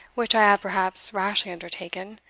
which i have perhaps rashly undertaken,